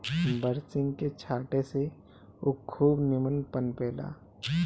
बरसिंग के छाटे से उ खूब निमन पनपे ला